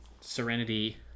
Serenity